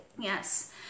Yes